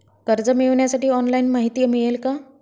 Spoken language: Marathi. कर्ज मिळविण्यासाठी ऑनलाइन माहिती मिळेल का?